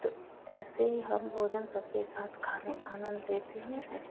तो ऐसे ही हम भोजन सबके साथ खाने आनन्द लेते हैं ऐसे